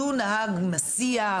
שהוא נהג מסיע,